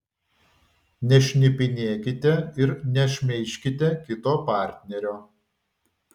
nešnipinėkite ir nešmeižkite kito partnerio